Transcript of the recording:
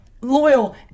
loyal